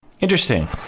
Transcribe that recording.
Interesting